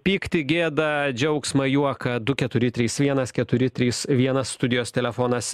pyktį gėdą džiaugsmą juoką du keturi trys vienas keturi trys vienas studijos telefonas